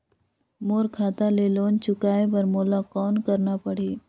मोर खाता ले लोन चुकाय बर मोला कौन करना पड़ही?